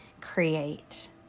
create